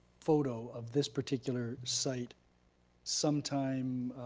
photo of this particular site sometime